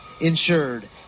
insured